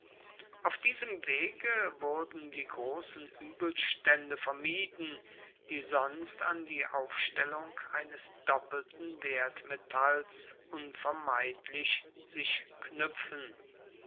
auf diesem wege wurden die großen übelstände vermieden die sonst an die aufstellung eines doppelten wertmetalls unvermeidlich sich knüpfen